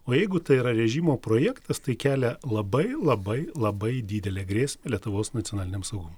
o jeigu tai yra režimo projektas tai kelia labai labai labai didelę grėsmę lietuvos nacionaliniam saugumui